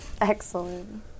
Excellent